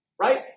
right